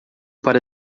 para